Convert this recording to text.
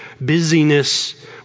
busyness